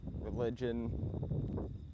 religion